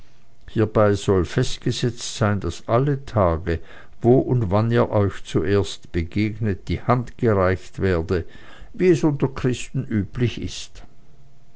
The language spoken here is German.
hiebei soll festgesetzt sein daß alle tage wo und wann ihr euch zuerst begegnet die hand gereicht werde wie es unter christen gebräuchlich ist